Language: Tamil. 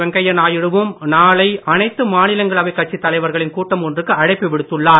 வெங்கையா நாயுடுவும் நாளை அனைத்து மாநிலங்களவைக் கட்சித் தலைவர்களின் கூட்டம் ஒன்றுக்கு அழைப்பு விடுத்துள்ளார்